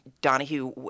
Donahue